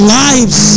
lives